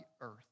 earth